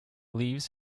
leaves